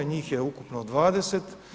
Njim je ukupno 20.